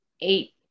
eight